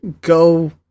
go